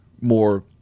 more